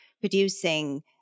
producing